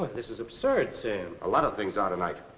this is absurd, sam. a lot of things are tonight.